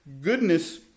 goodness